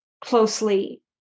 closely